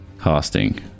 casting